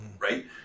right